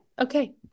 Okay